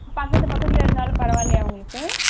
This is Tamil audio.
பக்கத்து பக்கத்தில் இருந்தாலும் பரவாயில்லையா உங்களுக்கு